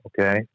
okay